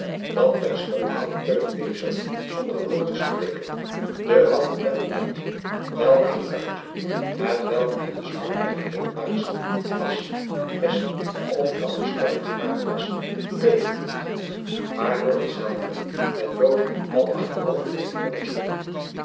dan terstond haalde teun wezer zonder een woord te spreken de houten pen uit welke het karretje hetwelk in den smaak der hedendaagsche aschmest of vuilniskarren gemaakt was tegenhield waardoor hetzelve met jood en al achterover en in den modder sloeg